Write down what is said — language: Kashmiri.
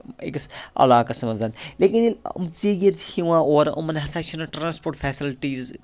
أکِس علاقَس مَنز لیکِن ییٚلہِ یِم ژیٖر چھِ یِوان اورٕ یِمَن ہَسا چھِنہٕ ٹرانَسپوٹ فیسَلٹیز